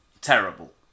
terrible